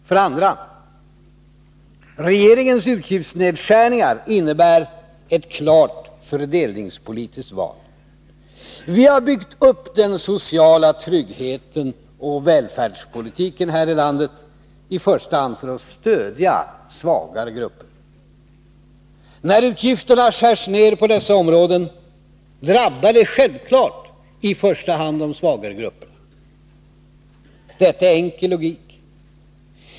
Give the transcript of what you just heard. För det andra: Regeringens utgiftsnedskärningar innebär ett klart fördelningspolitiskt val. Vi har byggt upp den sociala tryggheten och välfärdspolitiken här i landet i första hand för att stödja svagare grupper. När utgifterna skärs ned på dessa områden, drabbar det självfallet i första hand de svagare grupperna. Detta är enkel logik.